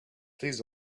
please